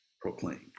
proclaimed